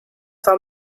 war